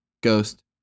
ghost